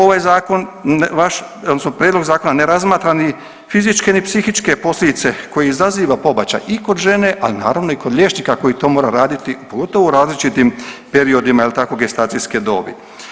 Ovaj zakon vaš, odnosno prijedlog zakona ne razmatra ni fizičke ni psihičke posljedice koje izaziva pobačaj i kod žene a naravno i kod liječnika koji to mora raditi pogotovo u različitim periodima, jel' tako gestacijske dobi.